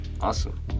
awesome